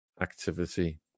activity